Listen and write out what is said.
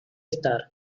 estar